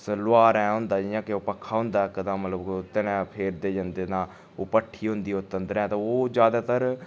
लौहारैं होंदा जियां कि ओह् पक्खा होंदा इक तां मतलब ओह्दे ने कन्नै फेरदे जंदे तां ओह् भट्ठी होंदी उत्त अंदरै ते ओह् ज्यादातर